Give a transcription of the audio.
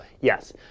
Yes